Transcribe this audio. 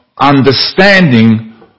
understanding